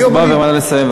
ראיתי את הצביעות של השרים.